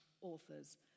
authors